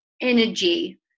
energy